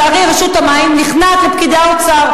ולצערי רשות המים נכנעת לפקידי האוצר.